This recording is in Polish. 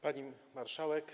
Pani Marszałek!